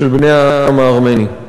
של בני העם הארמני.